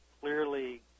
clearly